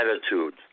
attitude